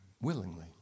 willingly